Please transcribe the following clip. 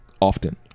often